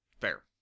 Fair